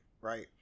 right